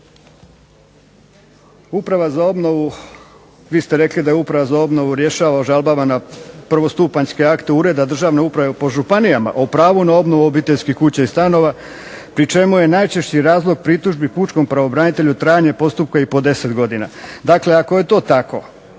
Uprava za obnovu. Vi ste rekli da Uprava za obnovu rješava o žalbama na prvostupanjske akte Ureda državne uprave po županijama, o pravu na obnovu obiteljskih kuća i stanova pri čemu je najčešći razlog pritužbi pučkom pravobranitelju trajanje postupka i po 10 godina. Dakle, ako je to tako,